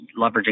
leveraging